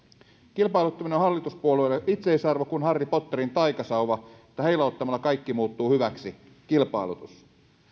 kilpailuttaminen on hallituspuolueille itseisarvo kuin harry potterin taikasauva että heilauttamalla kaikki muuttuu hyväksi kilpailutus